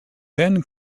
then